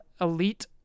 Elite